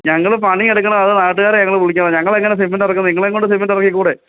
ഞങ്ങൾ പണി എടുക്കണോ അതോ നാട്ടുകാരെ ഞങ്ങൾ വിളിക്കണോ ഞങ്ങൾ എങ്ങനെയാണ് സിമെന്റ് ഇറക്കുന്നത് നിങ്ങളെ കൊണ്ട് സിമെന്റ് ഇറക്കിക്കൂടേ